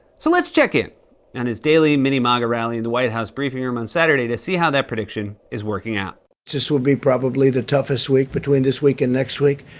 so let's check in on and his daily mini-maga rally in the white house briefing room on saturday to see how that prediction is working out. this will be probably the toughest week between this week and next week.